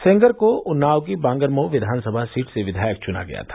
सेंगर को उन्नाव की बांगरमऊ किघानसभा सीट से विधायक चुना गया था